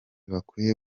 bakwiye